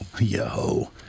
Yo